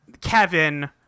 Kevin